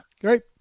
Great